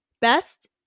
best